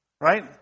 right